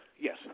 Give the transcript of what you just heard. Yes